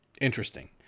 interesting